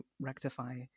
rectify